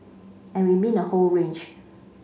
and we mean a whole range